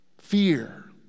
Fear